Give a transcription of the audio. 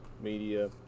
media